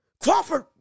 Crawford